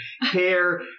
hair